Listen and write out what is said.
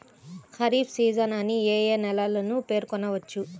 Kharif season అని ఏ ఏ నెలలను పేర్కొనవచ్చు?